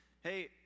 Hey